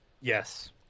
Yes